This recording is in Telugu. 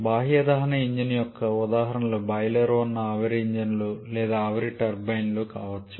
బాహ్య దహన ఇంజిన్ యొక్క ఉదాహరణలు బాయిలర్ ఉన్న ఆవిరి ఇంజన్లు లేదా ఆవిరి టర్బైన్లు కావచ్చు